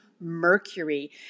Mercury